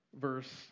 verse